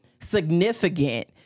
significant